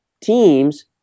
teams